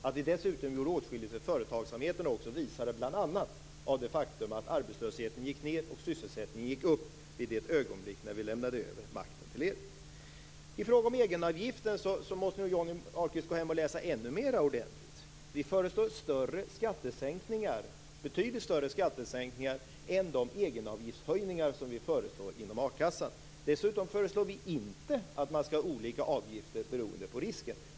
Att vi dessutom även gjorde åtskilligt för företagsamheten visades bl.a. av det faktum att arbetslösheten gick ned och sysselsättningen upp i det ögonblick när vi lämnade över makten till er. I fråga om egenavgiften måste nog Johnny Ahlqvist gå hem och läsa ännu mer ordentligt. Vi föreslår större skattesänkningar, betydligt större skattesänkningar, än de egenavgiftshöjningar vi föreslår inom a-kassan. Dessutom föreslår vi inte att man skall ha olika avgifter beroende på risken.